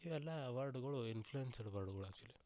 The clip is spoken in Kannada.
ಎಲ್ಲ ವರ್ಡ್ಗಳು ಇನ್ಫ್ಲುಯೆನ್ಸ್ ವರ್ಡ್ಗಳು ಆ್ಯಕ್ಚುಲಿ